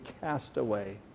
castaway